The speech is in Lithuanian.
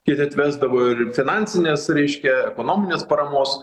kiti atvesdavo ir finansinės reiškia ekonominės paramos